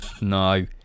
No